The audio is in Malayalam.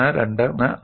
1 2 3